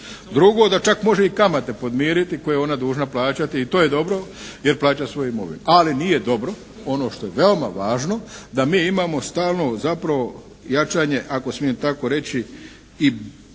Drugo, da čak može i kamate podmiriti koje je onda dužna plaćati. I to je dobro jer plaća svoju imovinu. Ali nije dobro ono što je veoma važno da mi imamo stalno zapravo jačanje ako smijem tako reći i,